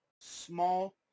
small